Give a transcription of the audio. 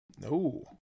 no